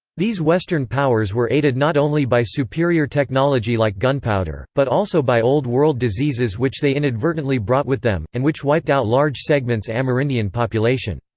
these western powers were aided not only by superior technology like gunpowder, but also by old world diseases which they inadvertently brought with them, and which wiped out large segments amerindian population.